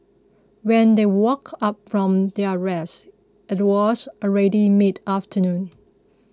when they woke up from their rest it was already mid afternoon